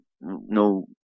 No